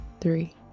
three